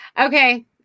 Okay